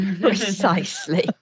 Precisely